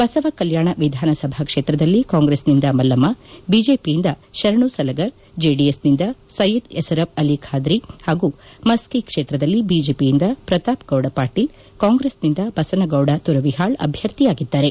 ಬಸವಕಲ್ಯಾಣ ವಿಧಾನಸಭಾ ಕ್ಷೇತ್ರದಲ್ಲಿ ಕಾಂಗ್ರೆಸ್ನಿಂದ ಮಲ್ಲಮ್ಮ ಬಿಜೆಪಿಯಿಂದ ಶರಣು ಸಲಗರ್ ಜೆಡಿಎಸ್ನಿಂದ ಸೈಯದ್ ಯಸರಬ್ ಅಲಿ ಖಾದ್ರಿ ಹಾಗೂ ಮಸ್ಕಿ ಕ್ಷೇತ್ರದಲ್ಲಿ ಬಿಜೆಪಿಯಿಂದ ಪ್ರತಾಪ್ಗೌದ ಪಾಟೀಲ್ ಕಾಂಗ್ರೆಸ್ನಿಂದ ಬಸನಗೌದ ತುರವಿಹಾಳ್ ಅಭ್ಯರ್ಥಿಯಾಗಿದ್ದಾರೆ